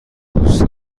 دوست